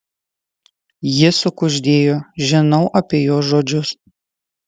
ji sukuždėjo žinau apie jos žodžius